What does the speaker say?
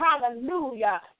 Hallelujah